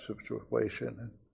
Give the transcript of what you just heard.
situation